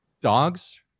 dogs